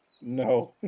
No